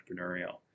entrepreneurial